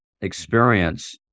experience